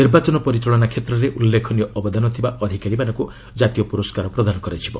ନିର୍ବାଚନ ପରିଚାଳନା କ୍ଷେତ୍ରରେ ଉଲ୍ଲେଖନୀୟ ଅବଦାନ ଥିବା ଅଧିକାରୀମାନଙ୍କୁ ଜାତୀୟ ପୁରସ୍କାର ପ୍ରଦାନ କରାଯିବ